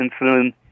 insulin